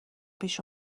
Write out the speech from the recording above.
پیش